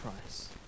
price